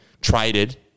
traded